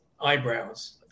eyebrows